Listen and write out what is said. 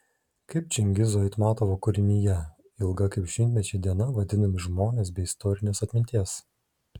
kaip čingizo aitmatovo kūrinyje ilga kaip šimtmečiai diena vadinami žmonės be istorinės atminties